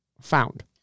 found